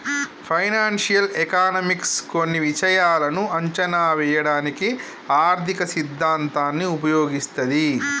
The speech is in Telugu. ఫైనాన్షియల్ ఎకనామిక్స్ కొన్ని విషయాలను అంచనా వేయడానికి ఆర్థిక సిద్ధాంతాన్ని ఉపయోగిస్తది